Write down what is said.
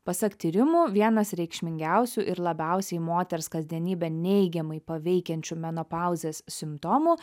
pasak tyrimų vienas reikšmingiausių ir labiausiai moters kasdienybę neigiamai paveikiančių menopauzės simptomų